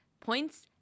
points